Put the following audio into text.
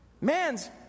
Man's